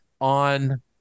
on